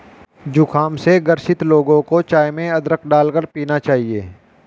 जुखाम से ग्रसित लोगों को चाय में अदरक डालकर पीना चाहिए